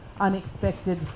unexpected